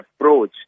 approach